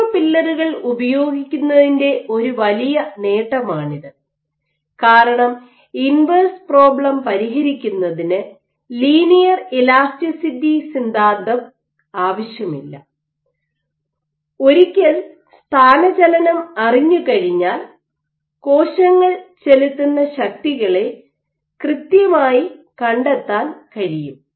micro പില്ലറുകൾ ഉപയോഗിക്കുന്നതിന്റെ ഒരു വലിയ നേട്ടമാണിത് കാരണം ഇൻവെഴ്സ് പ്രോബ്ലം പരിഹരിക്കുന്നതിന് ലീനിയർ ഇലാസ്റ്റിറ്റി സിദ്ധാന്തം ആവശ്യമില്ല ഒരിക്കൽ സ്ഥാനചലനം അറിഞ്ഞുകഴിഞ്ഞാൽ കോശങ്ങൾ ചെലുത്തുന്ന ശക്തികളെ കൃത്യമായി കണ്ടെത്താൻ കഴിയും